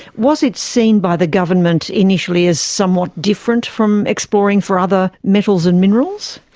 was it seen by the government initially as somewhat different from exploring for other metals and minerals?